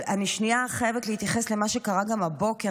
אבל אני חייבת להתייחס גם למה שקרה הבוקר,